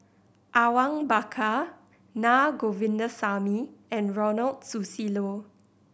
Awang Bakar Naa Govindasamy and Ronald Susilo